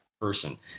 Person